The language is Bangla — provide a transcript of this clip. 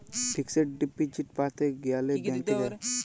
ফিক্সড ডিপজিট প্যাতে গ্যালে ব্যাংকে যায়